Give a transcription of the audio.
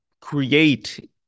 create